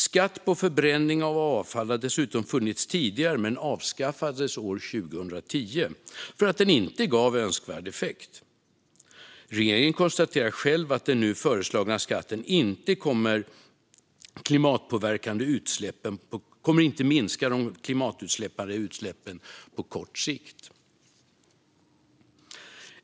Skatt på förbränning av avfall har dessutom funnits tidigare men avskaffades år 2010 för att den inte gav önskvärd effekt. Regeringen konstaterar själv att den nu föreslagna skatten inte kommer att minska de klimatpåverkande utsläppen på kort sikt.